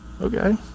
okay